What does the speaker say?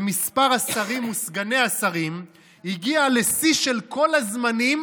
ומספר השרים וסגני השרים הגיע לשיא של כל הזמנים